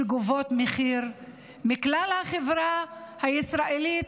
שגובות מחיר מכלל החברה הישראלית,